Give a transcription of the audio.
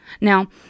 Now